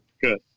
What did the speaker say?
Good